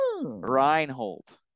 Reinhold